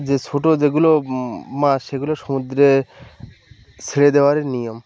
যে ছোট যেগুলো মাছ সেগুলো সমুদ্রে ছেড়ে দেওয়ারই নিয়ম